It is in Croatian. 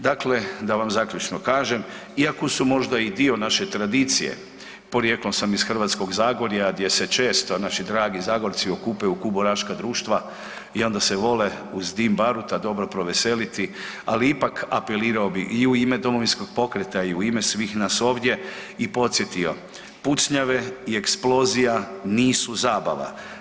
Dakle, da vam zaključno kažem, iako su možda i dio naše tradicije, porijeklom sam iz Hrvatskog zagorja gdje se često naši dragi Zagorci okupe u kuburaška društva i onda se vole uz dim baruta dobro proveseliti, ali ipak apelirao bih, i u ime Domovinskog pokreta i u ime svih nas ovdje i podsjetio, pucnjave i eksplozija nisu zabava.